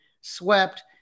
swept